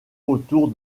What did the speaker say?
autour